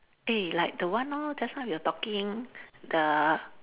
eh like the one hor just now you were talking the